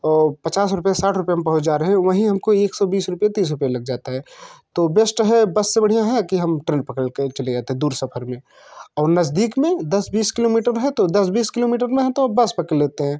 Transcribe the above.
वो पचास रुपये साठ रुपये में पहुँच जा रहे हैं वहीं हम को एक सौ बीस रुपये तीस रुपये लग जाता है तो बेश्ट है बस से बढ़िया है कि हम ट्रेन पकड़ कर चले जाते हैं दूर सफ़र में और नज़दीक में दस बीस किलोमीटर में है तो दस बीस किलोमीटर में है तो बस पकड़ लेते हैं